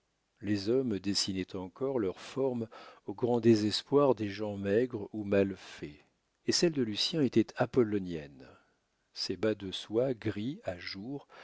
les hommes dessinaient encore leurs formes au grand désespoir des gens maigres ou mal faits et celles de lucien étaient apolloniennes ses bas de soie gris à jour